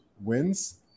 wins